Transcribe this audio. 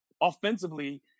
offensively